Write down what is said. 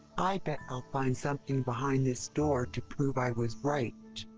i bet i'll find something behind this door to prove i was right!